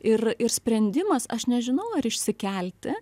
ir ir sprendimas aš nežinau ar išsikelti